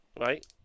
right